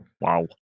Wow